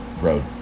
road